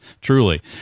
truly